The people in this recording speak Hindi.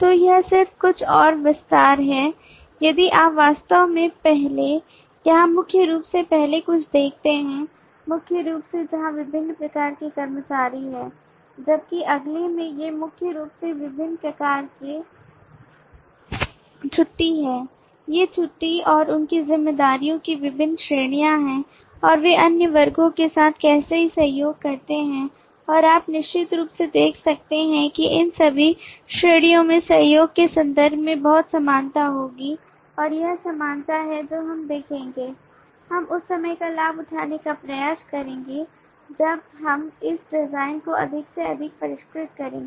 तो यह सिर्फ कुछ और विस्तार है यदि आप वास्तव में पहले यहां मुख्य रूप से पहले कुछ देखते हैं मुख्य रूप से जहां विभिन्न प्रकार के कर्मचारी हैं जबकि अगले में ये मुख्य रूप से विभिन्न प्रकार के पत्ते हैं ये छुट्टी और उनकी जिम्मेदारियों की विभिन्न श्रेणियां हैं और वे अन्य वर्गों के साथ कैसे सहयोग करते हैं और आप निश्चित रूप से देख सकते हैं कि इन सभी श्रेणियों में सहयोग के संदर्भ में बहुत समानता होगी और यह समानता है जो हम देखेंगे हम उस समय का लाभ उठाने का प्रयास करेंगे जब हम उस डिजाइन को अधिक से अधिक परिष्कृत करेंगे